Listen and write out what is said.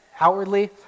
outwardly